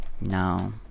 no